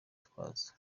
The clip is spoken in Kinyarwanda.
twaza